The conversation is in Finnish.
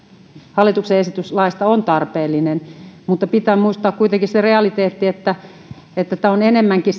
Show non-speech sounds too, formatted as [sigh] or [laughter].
hallituksen esitys laista on tarpeellinen mutta pitää muistaa se realiteetti että että tämä on enemmänkin [unintelligible]